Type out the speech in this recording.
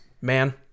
man